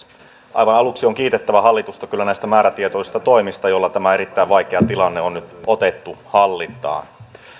aivan aluksi on kyllä kiitettävä hallitusta näistä määrätietoisista toimista joilla tämä erittäin vaikea tilanne on nyt otettu hallintaan